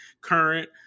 current